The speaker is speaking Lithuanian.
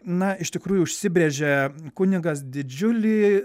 na iš tikrųjų užsibrėžė kunigas didžiulį